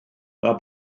mae